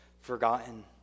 forgotten